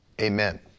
Amen